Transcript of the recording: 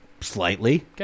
Slightly